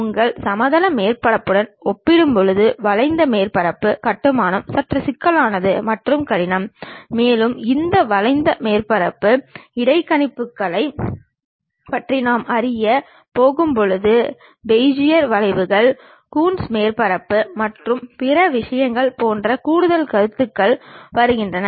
உங்கள் சமதள மேற்பரப்புடன் ஒப்பிடும்போது வளைந்த மேற்பரப்பு கட்டுமானம் சற்று சிக்கலானது மற்றும் கடினம் மேலும் இந்த வளைந்த மேற்பரப்பு இடைக்கணிப்புகளைப் பற்றி நாம் அறியப் போகும்போது பெஜியர் வளைவுகள் கூன்ஸ் மேற்பரப்பு மற்றும் பிற விஷயங்கள் போன்ற கூடுதல் கருத்துக்கள் வருகின்றன